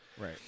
Right